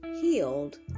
healed